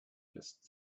just